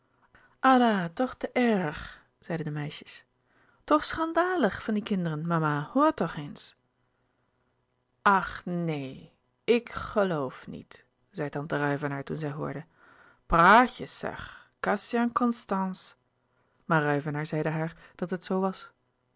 toch te èrrg zeiden de meisjes toch schandà ligh van die kinderen mama hoor toch eens ach neènn ik gheloof niet zei tante ruyvenaer toen zij hoorde praatjes sègh kassian constàns maar ruyvenaer zeide haar dat het zoo was